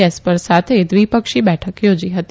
Esper સાથે એક લ્રિપક્ષી બેઠક યોજી હતી